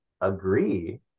agree